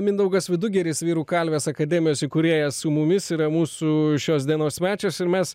mindaugas vidugiris vyrų kalvės akademijos įkūrėjas su mumis yra mūsų šios dienos svečias ir mes